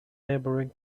neighbouring